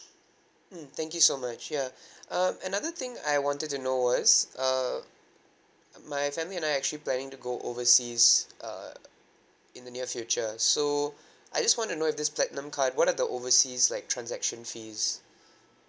mm thank you so much ya um another thing I wanted to know was uh my family and I actually planning to go overseas uh in the near future so I just want to know this platinum card what are the overseas like transaction fees